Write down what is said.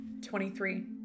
23